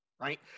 Right